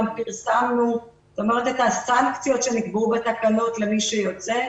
גם פרסמנו את הסנקציות שנקבעו בתקנות למי שיוצא.